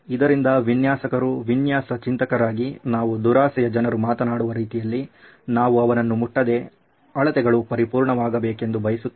ಇದರಿಂದ ವಿನ್ಯಾಸಕರು ವಿನ್ಯಾಸ ಚಿಂತಕರಾಗಿ ನಾವು ದುರಾಸೆಯ ಜನರು ಮಾತನಾಡುವ ರೀತಿಯಲ್ಲಿ ನಾವು ಅವನ್ನು ಮುಟ್ಟದೆ ಅಳತೆಗಳು ಪರಿಪೂರ್ಣವಾಗಬೇಕೆಂದು ಬಯಸುತ್ತೇವೆ